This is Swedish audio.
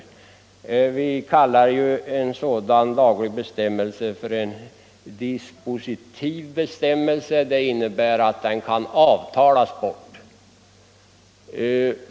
En sådan laglig bestämmelse som kan avtalas bort brukar vi kalla en dispositiv bestämmelse.